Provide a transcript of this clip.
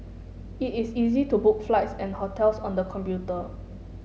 it is easy to book flights and hotels on the computer